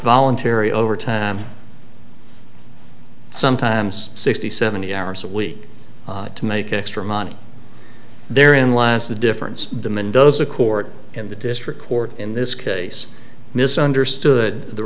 voluntary overtime sometimes sixty seventy hours a week to make extra money they're in last the difference the mendoza court and the district court in this case misunderstood the